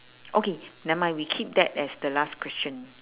okay never mind we keep that as the last question